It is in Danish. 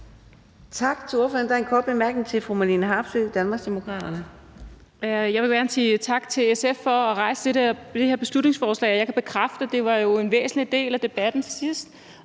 Tak til ordføreren. Der er en kort bemærkning til fru Marlene Harpsøe, Danmarksdemokraterne. Kl. 14:25 Marlene Harpsøe (DD): Jeg vil gerne sige tak til SF for at fremsætte det her beslutningsforslag. Jeg kan bekræfte, at det var en væsentlig del af debatten sidst.